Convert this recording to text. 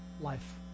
life